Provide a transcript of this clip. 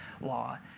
law